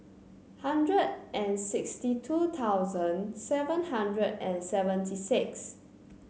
hundred and sixty two thousand seven hundred and seventy six